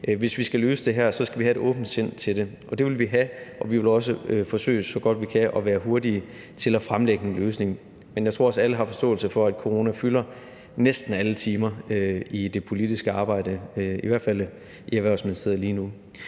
hvis vi skal løse det her, skal vi have et åbent sind til det. Og det vil vi have, og vi vil også forsøge, så godt vi kan, at være hurtige til at fremlægge en løsning, men jeg tror også, at alle har forståelse for, at corona fylder næsten alle timer i det politiske arbejde, i hvert fald i Erhvervsministeriet, lige nu.